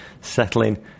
settling